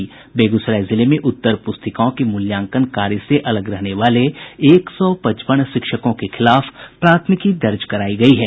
बेगूसराय जिले में उत्तर प्रस्तिकाओं के मुल्यांकन कार्य से अलग रहने वाले एक सौ पचपन शिक्षकों के खिलाफ प्राथमिकी दर्ज करायी गयी है